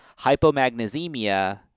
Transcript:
hypomagnesemia